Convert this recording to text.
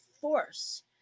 force